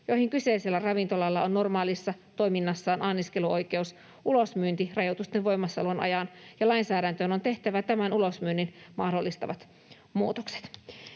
joihin kyseisellä ravintolalla on normaalissa toiminnassaan anniskeluoikeus, ulosmyynti rajoitusten voimassa olon ajan, ja lainsäädäntöön on tehtävä tämän ulosmyynnin mahdollistavat muutokset.